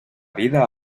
vida